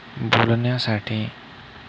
बोलण्यासाठी